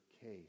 case